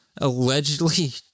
Allegedly